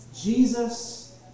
Jesus